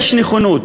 יש נכונות,